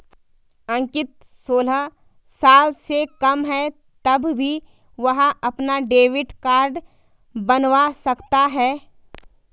अंकित सोलह साल से कम है तब भी वह अपना डेबिट कार्ड बनवा सकता है